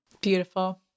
Beautiful